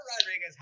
Rodriguez